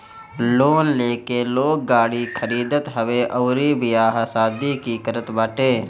loan लेके लोग गाड़ी खरीदत हवे अउरी बियाह शादी भी करत बाटे